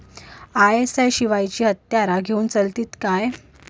ISI शिवायची हत्यारा घेऊन चलतीत काय?